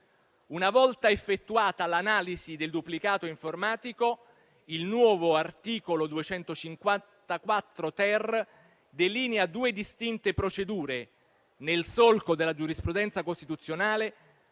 Una volta effettuata l'analisi del duplicato informatico, il nuovo articolo 254-*ter* delinea due distinte procedure, nel solco della giurisprudenza costituzionale,